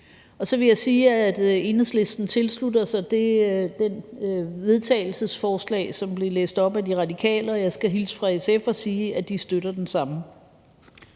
Enhedslisten tilslutter sig det forslag til vedtagelse, som blev læst op af De Radikale, og jeg skal hilse fra SF og sige, at de støtter det samme.